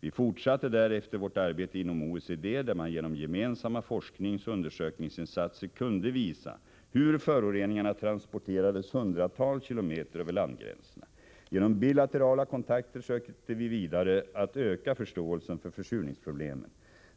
Vi fortsatte därefter vårt arbete inom OECD där man genom gemensamma forskningsoch undersökningsinsatser kunde visa hur föroreningarna transporterades hundratals kilometer över landgränserna. Genom bilaterala kontakter sökte vi vidare att öka förståelsen för försurningsproblemen.